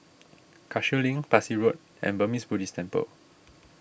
Cashew Link Parsi Road and Burmese Buddhist Temple